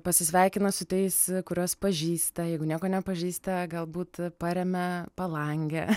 pasisveikina su tais kuriuos pažįsta jeigu nieko nepažįsta galbūt paremia palangę